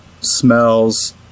smells